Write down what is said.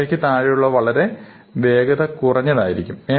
ഈ വരയ്ക്ക് താഴെയുള്ളവ വളരെ വേഗത കുറഞ്ഞതായിരിക്കും